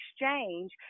exchange